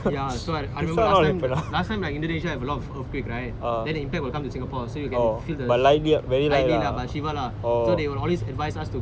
ya so I I remember last time last time like indonesia have a lot of earthquake right then the impact will come to singapore so you can feel the sh~ lightly lah but shiver lah